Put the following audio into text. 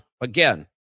again